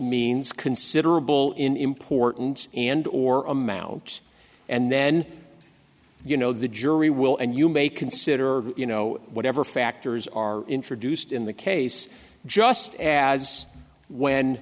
means considerable in importance and or amount and then you know the jury will and you may consider you know whatever factors are introduced in the case just as when